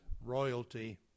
royalty